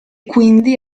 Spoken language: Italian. quindi